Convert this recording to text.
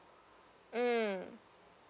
mm